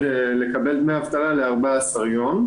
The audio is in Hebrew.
דמי אבטלה ל-14 יום.